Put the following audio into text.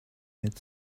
had